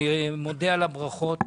אני מודה על הברכות.